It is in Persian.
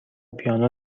پیانو